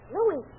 Louis